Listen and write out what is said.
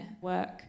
work